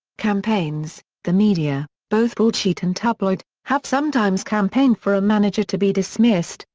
campaigns the media, both broadsheet and tabloid, have sometimes campaigned for a manager to be dismissed,